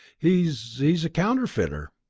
he's he's a counterfeiter.